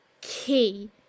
key